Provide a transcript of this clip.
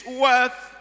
worth